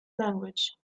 language